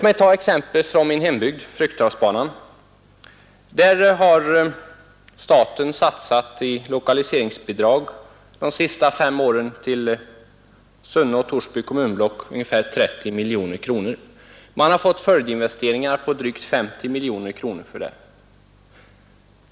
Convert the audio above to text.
Jag kan ta Fryksdalsbanan. Där har staten i lokaliseringsbidrag under de senaste fem åren till Sunne och Torsby kommunblock satsat ungefär 30 miljoner kronor. Till detta kommer följdinvesteringar på drygt 50 miljoner kronor.